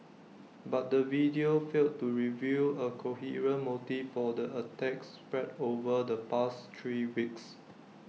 but the video failed to reveal A coherent motive for the attacks spread over the past three weeks